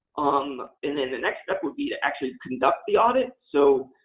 um and then the next step would be to actually conduct the audit. so,